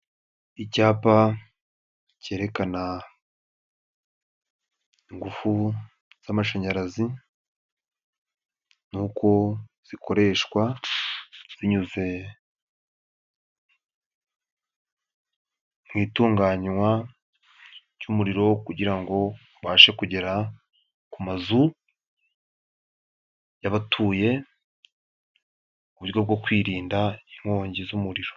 Icyapa cyerekana ingufu z'amashanyarazi n'uko zikoreshwa binyuze mu itunganywa ry'umuriro kugira ngo ubashe kugera ku mazu y'abatuye, mu uburyo bwo kwirinda inkongi z'umuriro.